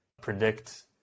predict